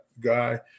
guy